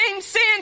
sin